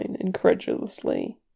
incredulously